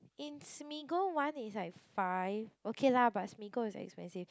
in smigle one is like five okay lah but smiggle is expensive